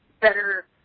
better